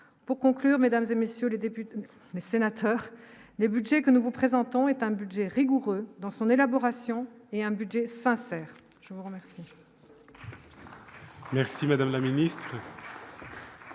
pour conclure, Mesdames et messieurs les députés, mais sénateur mais budget que nous vous présentons est un budget rigoureux dans son élaboration et un budget sincère, je vous remercie.